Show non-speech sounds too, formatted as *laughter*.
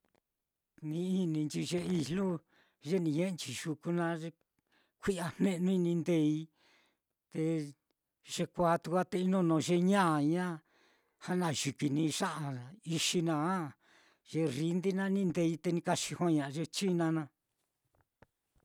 N i ininchi ye *noise* ijlu ye ni ñe'enchi yuku naá ye kui'ya jne'nui ni ndeei, te yekuāā tuku á te inono ye ñaña janayɨkɨi ni ya'a ixi naá, ye rrindi naá ni ndeei te ni ka xixijoña'a ye china naá.